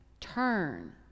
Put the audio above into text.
turn